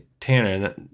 Tanner